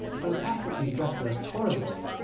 fantastically dressed as toreadors,